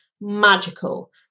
magical